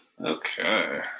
Okay